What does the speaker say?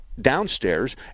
downstairs